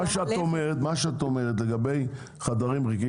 מה שאת אומרת לגבי חדרים ריקים,